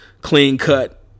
clean-cut